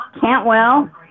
Cantwell